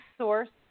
source